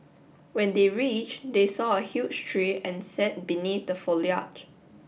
when they reach they saw a huge tree and sat beneath the foliage